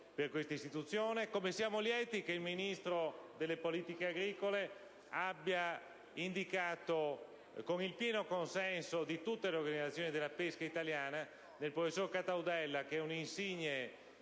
per tale organismo, come siamo lieti che il Ministro delle politiche agricole abbia indicato, con il pieno consenso di tutte le organizzazioni della pesca italiana, il professor Cataudella, un insigne